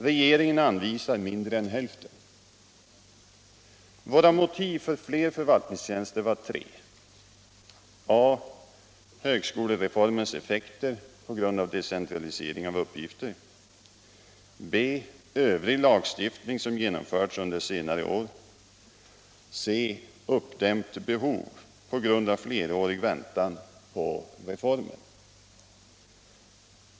Regeringen anvisar emellertid mindre än hälften. Våra motiv för fler förvaltningstjänster var tre: a) högskolereformens effekter på grund av decentralisering av uppgifter, c) uppdämt behov på grund av flerårig väntan på reformer.